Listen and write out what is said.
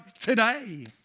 today